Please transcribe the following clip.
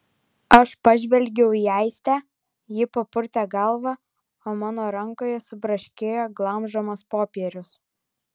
aš pažvelgiau į aistę ji papurtė galvą o mano rankoje subraškėjo glamžomas popierius